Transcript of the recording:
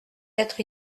être